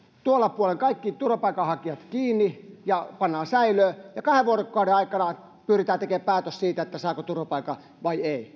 tuolla puolen kaikki turvapaikanhakijat kiinni ja pannaan säilöön ja kahden vuorokauden aikana pyritään tekemään päätös siitä saako turvapaikan vai ei